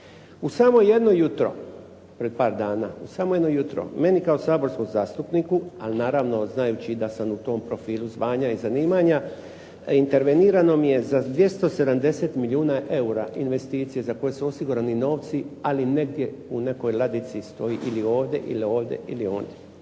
u samo jedno jutro meni kao saborskom zastupniku, a naravno znajući da sam u tom profilu zvanja i zanimanja intervenirano mi je za 270 milijuna eura investicije za koje su osigurani novci, ali negdje u nekoj ladici stoji ili ovdje ili ovdje ili ondje.